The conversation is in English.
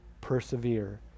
persevere